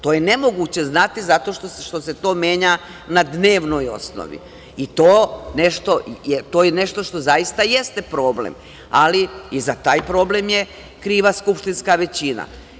To je nemoguće zato što se to menja na dnevnoj osnovi i to je nešto što zaista jeste problem, ali i za taj problem je kriva skupštinska većina.